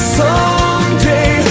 someday